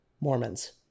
Mormons